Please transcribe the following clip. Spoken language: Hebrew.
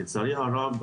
לצערי הרב,